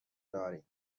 داریم